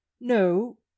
no